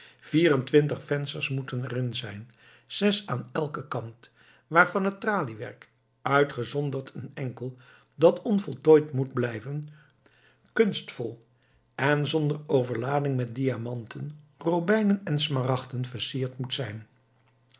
twintig vensters moeten er in zijn zes aan elken kant waarvan het traliewerk uitgezonderd een enkel dat onvoltooid moet blijven kunstvol en zonder overlading met diamanten robijnen en smaragden versierd moet zijn